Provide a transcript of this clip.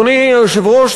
אדוני היושב-ראש,